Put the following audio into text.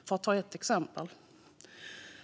Det